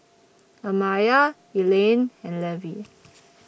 Amaya Elaine and Levie